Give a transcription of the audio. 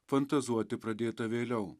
fantazuoti pradėta vėliau